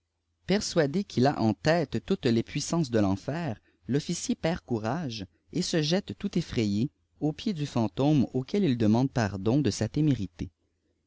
persuadé qu'il a en tête toutes les puissances de l'enfer l'officier perd courage et se jette tout effrayé aux piedç du fantôme auquel y demande pardon de sa témérité